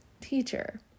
teacher